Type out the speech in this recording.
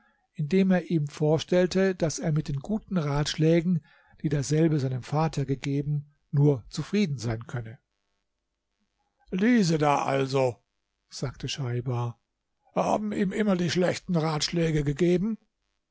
indem er ihm vorstellte daß er mit den guten ratschlägen die derselbe seinem vater gegeben nur zufrieden sein könne diese da also sagte schaibar haben ihm immer die schlechten ratschläge gegeben